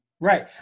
Right